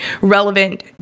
relevant